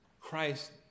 Christ